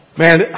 Man